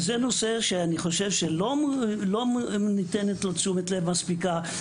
זהו נושא שאני חושב שלא ניתנת לו תשומת לב מספיקה,